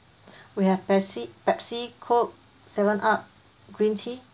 we have pepsi pepsi coke seven up green tea